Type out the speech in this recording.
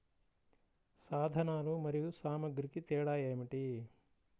సాధనాలు మరియు సామాగ్రికి తేడా ఏమిటి?